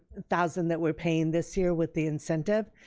thousand that we're paying this year with the incentive.